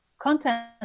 content